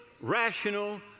rational